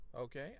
Okay